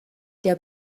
der